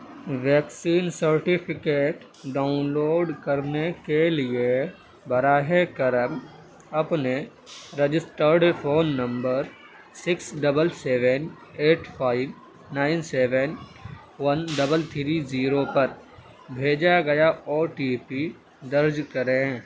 vaccine certificate download کرنے کے لیے براہ کرم اپنے registered phone number six double seven eight five nine seven one double three zero پر بھیجا گیا او ٹی پی درج کریں